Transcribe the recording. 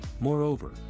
Moreover